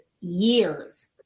years